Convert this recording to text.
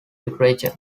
literature